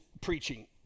preaching